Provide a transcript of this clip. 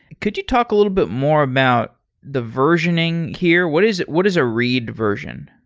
could you talk a little bit more about the versioning here? what is what is a read version?